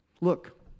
Look